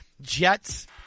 Jets